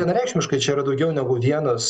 vienareikšmiškai čia yra daugiau negu vienas